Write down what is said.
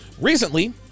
Recently